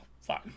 fine